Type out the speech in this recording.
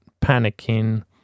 Panicking